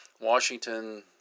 Washington